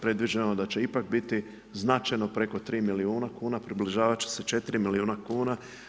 Predviđeno je da će ipak biti značajno preko 3 milijuna kuna, približavat će se 4 milijuna kuna.